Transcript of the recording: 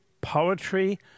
poetry